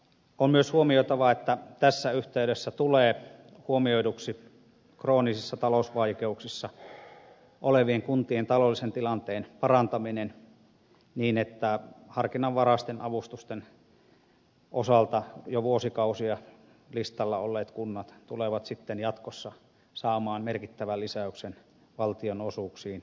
on myös huomioitava että tässä yhteydessä tulee huomioiduksi kroonisissa talousvaikeuksissa olevien kuntien taloudellisen tilanteen parantaminen niin että harkinnanvaraisten avustusten osalta jo vuosikausia listalla olleet kunnat tulevat sitten jatkossa saamaan merkittävän lisäyksen valtionosuuksiin